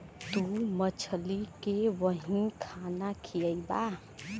तू मछली के वही खाना खियइबा